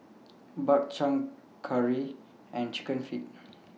Bak Chang Curry and Chicken Feet